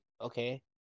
okay